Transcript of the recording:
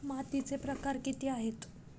मातीचे प्रकार किती आहेत?